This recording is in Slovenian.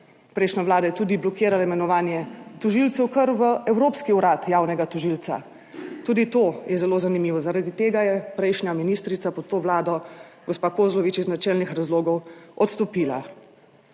Prejšnja Vlada je tudi blokirala imenovanje tožilcev kar v Evropski urad javnega tožilca. Tudi to je zelo zanimivo. Zaradi tega je prejšnja ministrica pod to Vlado, gospa Kozlovič, iz načelnih razlogov odstopila.